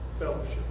fellowship